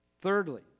Thirdly